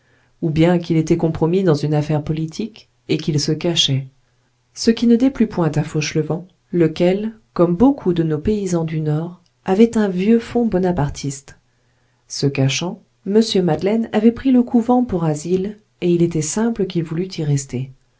ou bien qu'il était compromis dans une affaire politique et qu'il se cachait ce qui ne déplut point à fauchelevent lequel comme beaucoup de nos paysans du nord avait un vieux fond bonapartiste se cachant mr madeleine avait pris le couvent pour asile et il était simple qu'il voulût y rester